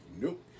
Nope